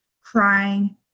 crying